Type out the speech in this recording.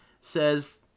says